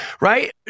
right